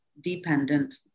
dependent